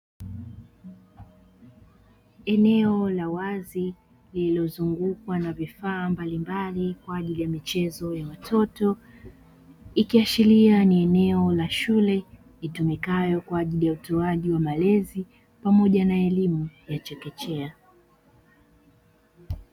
Eneo la wazi lililozungukwa na vifaa mbalimbali kwa ajili ya michezo ya watoto, ikiashiria ni eneo la shule, litumikalo kwa ajili ya utoaji wa malezi pamoja na elimu ya chekechea.